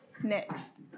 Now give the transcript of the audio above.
next